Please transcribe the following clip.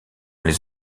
les